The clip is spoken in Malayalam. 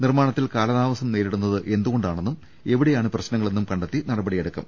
നിർമ്മാണത്തിൽ കാലതാമസം നേരിടുന്നത് എന്തുകൊണ്ടാണെന്നും എവിടെയാണ് പ്രശ്നങ്ങളെന്നും കണ്ടെത്തി നടപടിയെടുക്കും